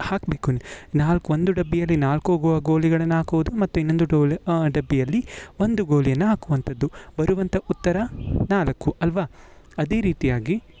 ಹಾಕಬೇಕು ನಾಲ್ಕು ಒಂದು ಡಬ್ಬಿಯಲ್ಲಿ ನಾಲ್ಕು ಗೋಲಿಗಳನ್ನು ಹಾಕೋದು ಮತ್ತು ಇನ್ನೊಂದು ಡೋಲ್ ಡಬ್ಬಿಯಲ್ಲಿ ಒಂದು ಗೋಲಿಯನ್ನು ಹಾಕುವಂಥದ್ದು ಬರುವಂಥ ಉತ್ತರ ನಾಲ್ಕು ಅಲ್ಲವಾ ಅದೇ ರೀತಿಯಾಗಿ